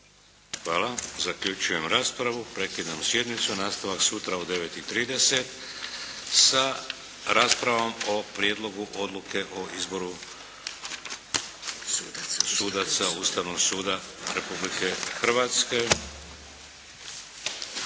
Hvala. Zaključujem raspravu. Prekidam sjednicu. Nastavak sutra u 9,30 sa raspravom o Prijedlogu odluke o izboru sudaca Ustavnog suda Republike Hrvatske,